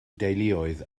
deuluoedd